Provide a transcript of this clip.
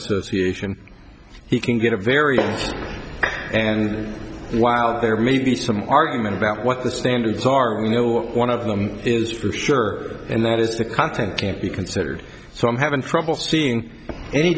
association he can get a very and while there may be some argument about what the standards are you know what one of them is for sure and that is the content can't be considered so i'm having trouble seeing any